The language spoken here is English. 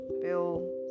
bill